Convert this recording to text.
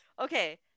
Okay